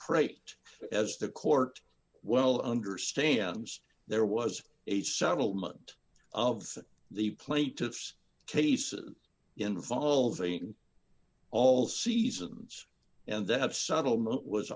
krait as the court well understands there was a settlement of the plate to fs cases involving all seasons and they have subtle